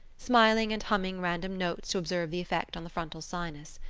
smiling and humming random notes to observe the effect on the frontal sinus.